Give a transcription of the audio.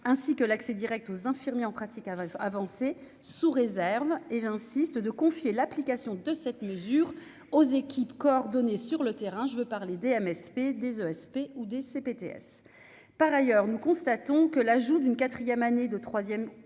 ainsi que l'accès Direct aux infirmiers en pratique Avast avancer sous réserve, et j'insiste, de confier l'application de cette mesure aux équipes coordonner sur le terrain, je veux parler des MSP des ESP ou des ces BTS par ailleurs, nous constatons que l'ajout d'une 4ème année de troisième au